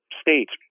states